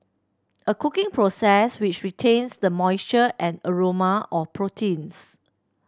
a cooking process which retains the moisture and aroma of proteins